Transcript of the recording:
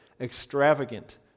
extravagant